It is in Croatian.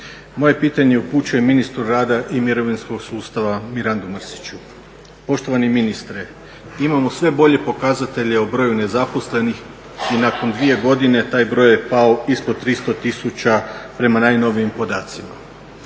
moje pitanje upućujem ministru rada i mirovinskog sustava Mirandu Mrsiću. Poštovani ministre, imamo sve bolje pokazatelje o broju nezaposlenih i nakon 2 godine taj broj je pao ispod 300 tisuća prema najnovijim podacima.